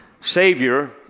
savior